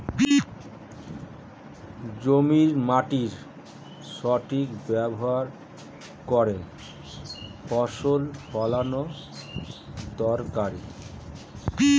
জমির মাটির সঠিক ব্যবহার করে ফসল ফলানো দরকারি